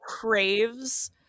craves